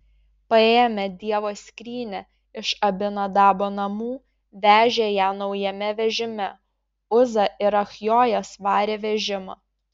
paėmę dievo skrynią iš abinadabo namų vežė ją naujame vežime uza ir achjojas varė vežimą